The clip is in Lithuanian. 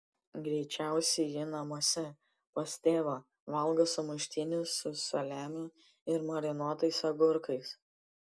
greičiausiai ji namuose pas tėvą valgo sumuštinius su saliamiu ir marinuotais agurkais